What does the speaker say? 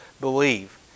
believe